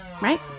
right